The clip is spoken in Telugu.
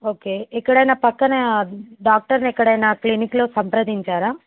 ఓకే ఎక్కడన్న పక్కన డాక్టర్ని ఎక్కడన్న క్లినిక్లో సంప్రదించారా